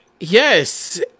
Yes